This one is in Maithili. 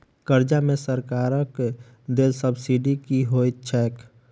कर्जा मे सरकारक देल सब्सिडी की होइत छैक?